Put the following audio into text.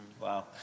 Wow